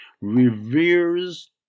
reveres